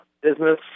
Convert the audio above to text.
business